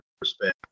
respect